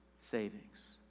savings